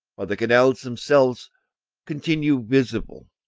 while the canals themselves continue visible.